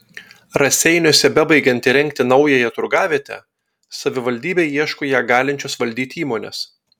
raseiniuose bebaigiant įrengti naująją turgavietę savivaldybė ieško ją galinčios valdyti įmonės